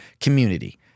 community